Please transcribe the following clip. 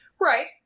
Right